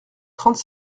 trente